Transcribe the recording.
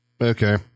Okay